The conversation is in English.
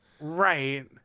Right